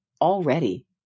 already